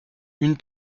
une